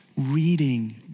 reading